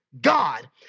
God